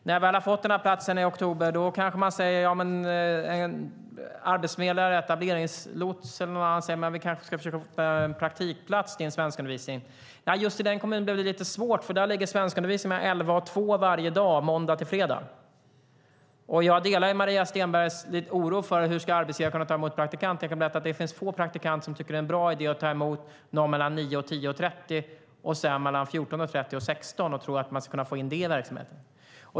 När jag väl har fått den här platsen i oktober kanske en arbetsförmedlare, etableringslots eller någon annan säger att vi kanske ska försöka få en praktikplats för din svenskundervisning. Men just i den kommunen blir det lite svårt, för där ligger svenskundervisningen mellan 11.00 och 14.00 varje dag, måndag till fredag. Jag delar Maria Stenbergs oro för hur arbetsgivaren ska kunna ta emot praktikanter. Jag kan berätta att det finns få arbetsgivare som tycker att det är en bra idé att ta emot någon mellan 09.00 och 10.30 och sedan mellan 14.30 och 16.00 och kunna få in det i verksamheten.